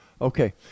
Okay